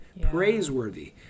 praiseworthy